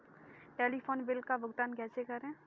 Telephone bill का भुगतान कैसे करें?